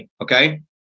okay